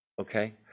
okay